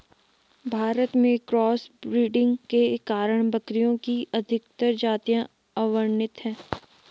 भारत में cross breeding के कारण बकरियों की अधिकतर जातियां अवर्णित है